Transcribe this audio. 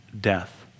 death